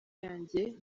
yanjye